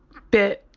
bit